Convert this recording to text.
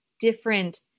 different